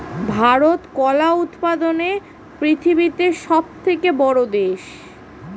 ভারত কলা উৎপাদনে পৃথিবীতে সবথেকে বড়ো দেশ